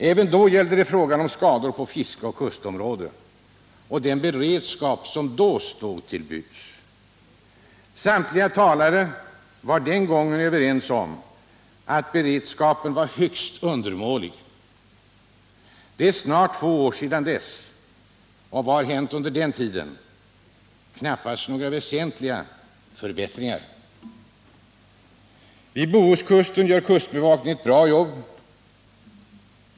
Även då gällde frågan skador på fiske och kustområde och vilken beredskap som stod till buds. Samtliga talare var den gången överens om att beredskapen var högst undermålig. Det är snart två år sedan dess. Vad har hänt under den tiden? Knappast några väsentliga förbättringar. Vid Bohuskusten gör kustbevakningen ett bra jobb.